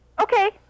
okay